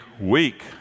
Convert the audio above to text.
week